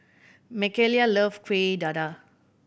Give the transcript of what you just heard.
Makayla loves Kuih Dadar